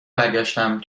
برگشتم